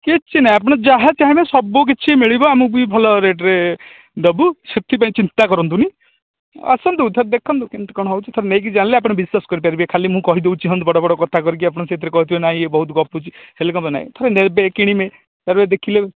କିଛି ନାହିଁ ଆପଣ ଯାହା ଚାହିଁବେ ସବୁ କିଛି ମିଳିବ ଆମକୁ ବି ଭଲ ରେଟ୍ରେ ଦେବୁ ସେଥିପାଇଁ ଚିନ୍ତା କରନ୍ତୁନି ଆସନ୍ତୁ ଥରେ ଦେଖନ୍ତୁ କେମିତି କ'ଣ ହେଉଛି ଥରେ ଜାଣିଲେ ଆପଣ ବିଶ୍ୱାସ କରିପାରିବେ ମୁଁ କହିଦେଉଛି ହଁ ବଡ଼ ବଡ଼ କଥା ସେ ଆପଣ କହୁଥିବେ ନାହିଁ ଏ ବହୁତ ଗପୁଛି ହେଲେ କାମ ନାହିଁ ଥରେ ନେବେ କିଣିବେ ତା'ପରେ ଦେଖିଲେ